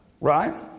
Right